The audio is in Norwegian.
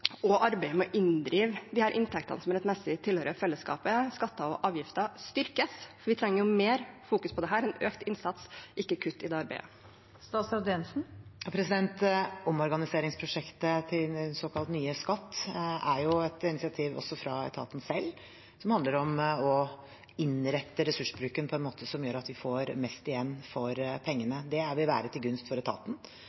og arbeidet med å inndrive de inntektene som rettmessig tilhører fellesskapet, skatter og avgifter, styrkes? Vi trenger at det fokuseres mer på dette – en økt innsats, ikke kutt, i det arbeidet. Omorganiseringsprosjektet, det såkalte Nye Skatt, er et initiativ også fra etaten selv, som handler om å innrette ressursbruken på en måte som gjør at vi får mest igjen for pengene.